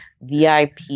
VIP